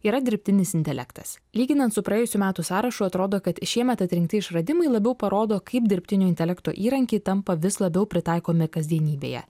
yra dirbtinis intelektas lyginant su praėjusių metų sąrašu atrodo kad šiemet atrinkti išradimai labiau parodo kaip dirbtinio intelekto įrankiai tampa vis labiau pritaikomi kasdienybėje